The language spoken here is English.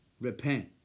Repent